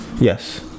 Yes